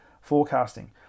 forecasting